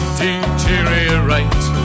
deteriorate